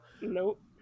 Nope